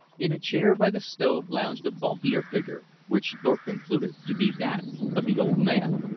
in a chair by the stove lounged a bulkier figure, which thorpe concluded to be that of the old man.